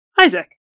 Isaac